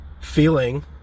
feeling